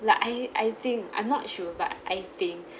like I I think I'm not sure but I think